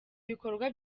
bikorwa